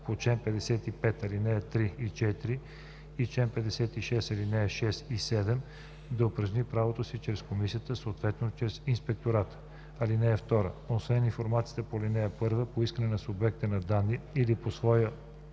по чл. 55, ал. 3 и 4 и чл. 56, ал. 6 и 7 да упражни правата си чрез комисията, съответно чрез инспектората. (2) Освен информацията по ал. 1, по искане на субекта на данни или по своя